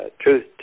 truth